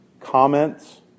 comments